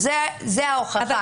זאת ההוכחה.